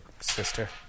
sister